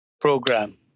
Program